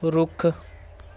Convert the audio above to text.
ਰੁੱਖ